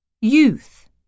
Youth